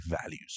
values